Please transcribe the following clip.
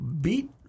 beat